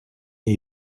nie